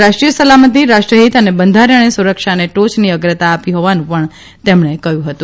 રાષ્ટ્રીય સલામતિ રાષ્ટ્રહિત અને બંધારણીય સુરક્ષાને ટોચની અગ્રતા અપાતી હોવાનું તેમણે કહ્યું હતું